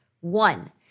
One